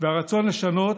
ומהרצון לשנות,